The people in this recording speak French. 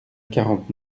quarante